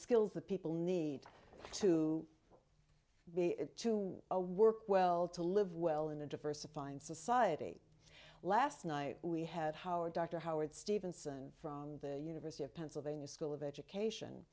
skills that people need to be it to a work well to live well in a diversified society last night we had howard dr howard stevenson from the university of pennsylvania school of education